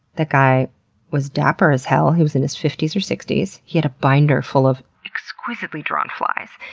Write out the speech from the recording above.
that guy was dapper as hell. he was in his fifties or sixties. he had a binder full of exquisitely drawn flies.